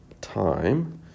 time